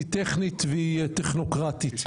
טכנית וטכנוקרטית.